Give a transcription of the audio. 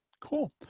cool